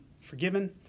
forgiven